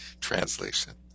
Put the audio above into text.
translation